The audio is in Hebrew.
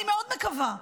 אני מקווה מאוד.